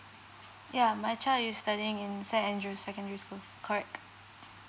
yeah my child is studying in saint andrew's secondary school correct